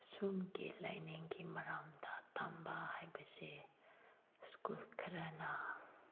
ꯁꯣꯝꯒꯤ ꯂꯥꯏꯅꯤꯡꯒꯤ ꯃꯔꯝꯗ ꯇꯝꯕ ꯍꯥꯏꯕꯁꯦ ꯁ꯭ꯀꯨꯜ ꯈꯔꯅ